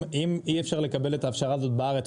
אם אי-אפשר לקבל את ההכשרה הזאת בארץ,